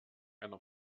einer